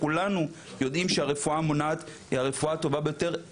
כולנו יודעים שהרפואה המונעת היא הרפואה הטובה ביותר.